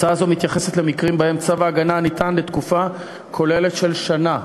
הצעה זו מתייחסת למקרים שבהם צו ההגנה ניתן לתקופה כוללת של שנה,